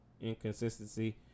inconsistency